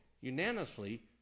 unanimously